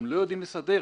אתם לא יודעים לסדר?